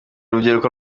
urubyiruko